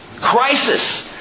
Crisis